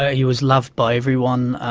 ah he was loved by everyone.